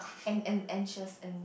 an an anxious and